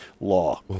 law